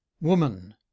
woman